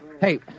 Hey